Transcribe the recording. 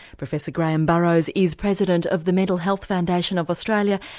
professor graham burrows is president of the mental health foundation of australia.